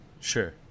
sure